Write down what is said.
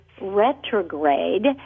retrograde